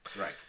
Right